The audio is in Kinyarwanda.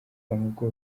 babarizwa